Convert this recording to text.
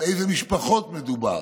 על אילו משפחות מדובר,